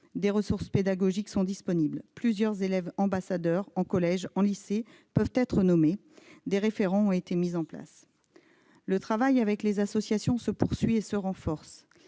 Des ressources pédagogiques ont été élaborées. Plusieurs « élèves ambassadeurs », en collège et en lycée, peuvent être nommés. Des référents ont été mis en place. Le travail avec les associations se poursuit et se renforce.